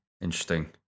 Interesting